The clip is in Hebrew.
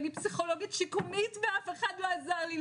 אני פסיכולוגית שיקומית ואף אחד לא עזר לי,